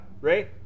Ray